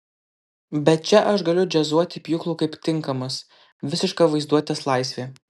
bet čia aš galiu džiazuoti pjūklu kaip tinkamas visiška vaizduotės laisvė